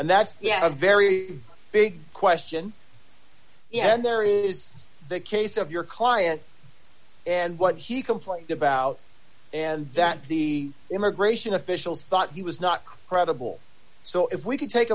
and that's yeah a very big question and there is the case of your client and what he complained about and that the immigration officials thought he was not credible so if we could take